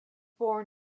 born